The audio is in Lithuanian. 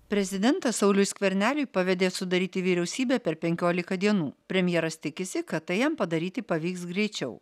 prezidentas sauliui skverneliui pavedė sudaryti vyriausybę per penkiolika dienų premjeras tikisi kad tai jam padaryti pavyks greičiau